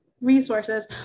resources